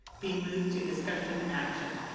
be moved to discussion action.